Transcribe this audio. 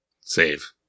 Save